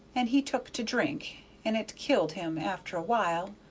and he took to drink and it killed him after a while,